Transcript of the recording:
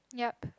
yup